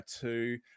two